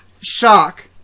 Shock